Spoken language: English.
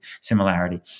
similarity